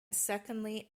secondly